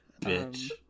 bitch